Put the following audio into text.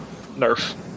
nerf